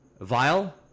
vile